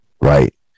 Right